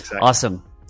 awesome